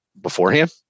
beforehand